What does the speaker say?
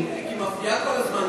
נגד רויטל סויד,